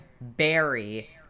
Barry